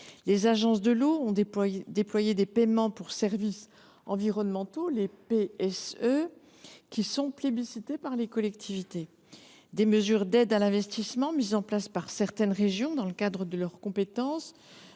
Les agences de l’eau ont déployé des paiements pour services environnementaux (PSE), qui sont plébiscités par les collectivités. Par ailleurs, des mesures d’aide à l’investissement sont mises en place par certaines régions dans le cadre de leurs compétences